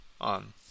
ON